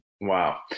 Wow